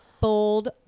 bold